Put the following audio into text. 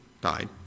died